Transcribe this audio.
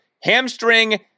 Hamstring